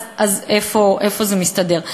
אז איך זה מסתדר?